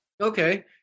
Okay